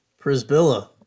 Prisbilla